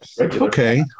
okay